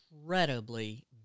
incredibly